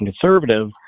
conservative